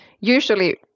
usually